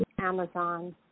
Amazon